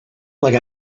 like